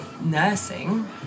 nursing